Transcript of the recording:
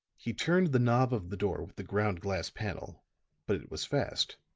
he turned the knob of the door with the ground glass panel but it was fast.